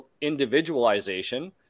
individualization